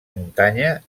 muntanya